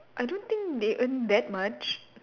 I don't think they earn that much